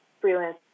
freelance